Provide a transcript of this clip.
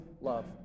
love